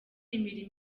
imirimo